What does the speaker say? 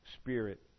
spirit